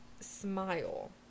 Smile